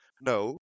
No